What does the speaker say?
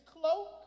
cloak